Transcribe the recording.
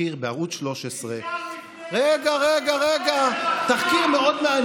תחקיר בערוץ 13 --- זה נסגר לפני עשר שנים